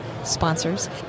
Sponsors